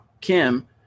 Kim